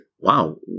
Wow